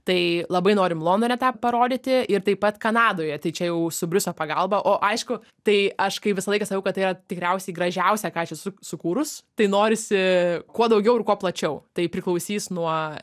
tai labai norim londone tą parodyti ir taip pat kanadoje tai čia jau su briuso pagalba o aišku tai aš kai visą laiką sakau kad tai yra tikriausiai gražiausia ką aš esu sukūrus tai norisi kuo daugiau ir kuo plačiau tai priklausys nuo